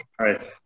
Hi